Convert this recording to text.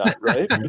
right